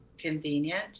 convenient